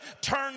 turn